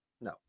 No